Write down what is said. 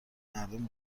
مردم